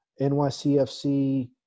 NYCFC